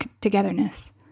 togetherness